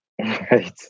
right